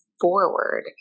forward